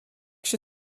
się